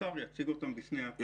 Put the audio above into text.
והשר יציג אותם בפני הקבינט.